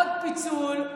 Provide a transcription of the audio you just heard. עוד פיצול,